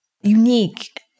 unique